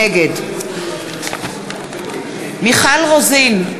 נגד מיכל רוזין,